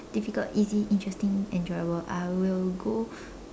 difficult easy interesting enjoyable I will go